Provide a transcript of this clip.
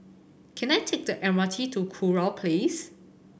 can I take the M R T to Kurau Place